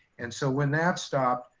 and so when that stopped,